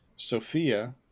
sophia